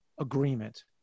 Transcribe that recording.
agreement